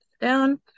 down